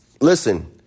Listen